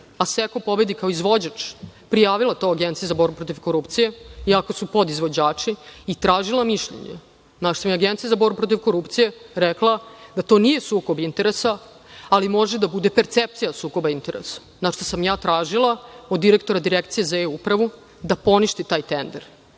Asseco pobedi kao izvođač, prijavila to Agenciji za borbu protiv korupcije, iako su podizvođači, i tražila mišljenje, na šta mi je Agencija za borbu protiv korupcije rekla da to nije sukob interesa, ali može da bude percepcija sukoba interesa, na šta sam ja tražila od direktora Direkcije za e-upravu da poništi taj tender. Tako